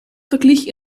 verglich